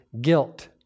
Guilt